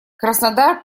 краснодар